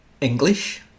English